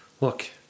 Look